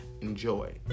enjoy